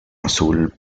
azul